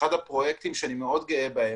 אחד הפרויקטים שאני מאוד גאה בהם,